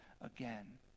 again